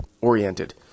oriented